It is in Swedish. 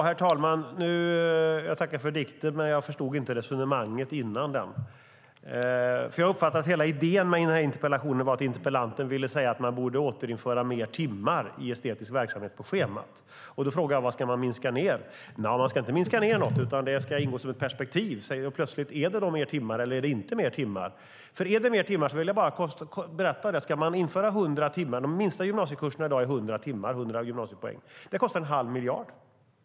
Herr talman! Jag tackar för dikten, men jag förstod inte resonemanget innan den. Jag uppfattade att hela idén med interpellationen var att interpellanten ville säga att man återinföra fler timmar estetisk verksamhet på schemat. Vad ska man minska ned på, frågade jag. Inget ska minskas ned, utan det ska ingå som ett perspektiv, säger interpellanten. Är det fler timmar eller inte som gäller? Ska man införa 100 gymnasietimmar motsvarande 100 poäng, vilket är den minsta gymnasiekursen, kostar det en halv miljard.